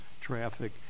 traffic